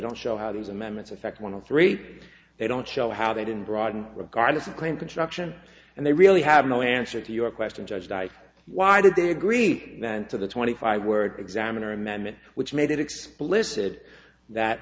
don't show how these amendments affect one of three they don't show how they didn't broaden regardless of claim construction and they really have no answer to your question judged by why did they agree to the twenty five words examiner amendment which made it explicit that